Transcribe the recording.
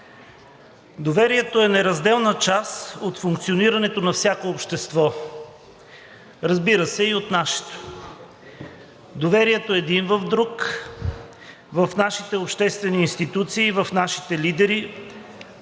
Доверието е неразделна част от функционирането на всяко общество, разбира се, и от нашето. Доверието един в друг, в нашите обществени институции, в нашите лидери